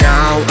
Now